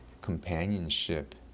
companionship